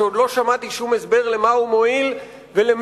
שעוד לא שמעתי שום הסבר למה הוא מועיל ולמי